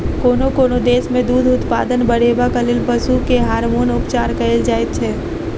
कोनो कोनो देश मे दूध उत्पादन बढ़ेबाक लेल पशु के हार्मोन उपचार कएल जाइत छै